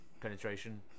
penetration